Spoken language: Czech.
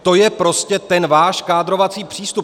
To je prostě ten váš kádrovací přístup.